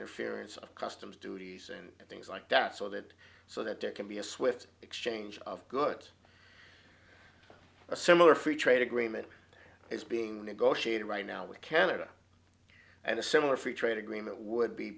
interference of customs duties and things like that so that so that there can be a swift exchange of goods a similar free trade agreement is being negotiated right now with canada and a similar free trade agreement would be